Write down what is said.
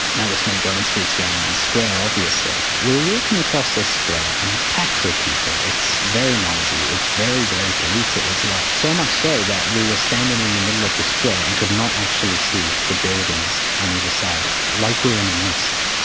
now, this meant going through tiananmen square, obviously. we were walking across this square, and it's packed with people. it's very noisy, it's very, very polluted as well. so much so that we were standing in the middle of the square and could not actually see the buildings on either side, like we were in a mist.